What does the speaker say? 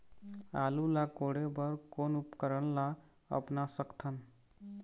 आलू ला कोड़े बर कोन उपकरण ला अपना सकथन?